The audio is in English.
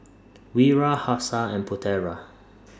Wira Hafsa and Putera